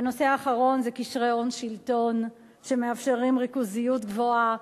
והנושא האחרון זה קשרי הון שלטון שמאפשרים ריכוזיות גבוהה,